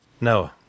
No